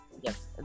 Yes